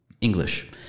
English